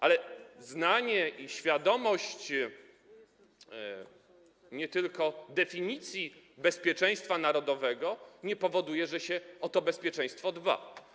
Ale znajomość i świadomość nie tylko definicji bezpieczeństwa narodowego nie powoduje, że się o to bezpieczeństwo dba.